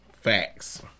facts